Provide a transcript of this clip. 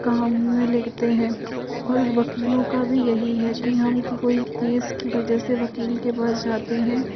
काम में लिखते हैं और वकीलों का भी यही है कि हम कि कोई केस की वजह से वकील के पास जाते हैं